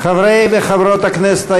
חברי וחברות הכנסת,